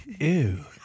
Ew